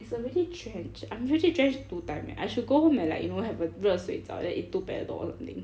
it's already drenched I'm already drenched two time eh I should go home and like you know have like a 热水澡 and eat two panadol or something